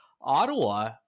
Ottawa